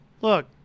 Look